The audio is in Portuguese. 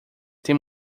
tem